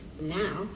now